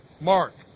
Mark